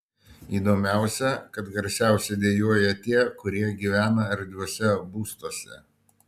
įdomiausia kad garsiausiai dejuoja tie kurie gyvena erdviuose būstuose